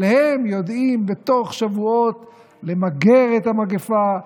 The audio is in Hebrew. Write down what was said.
אבל הם יודעים בתוך שבועות למגר את המגפה,